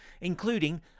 including